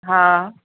हा